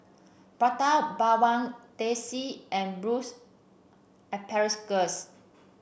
Prata Bawang Teh C and asparagus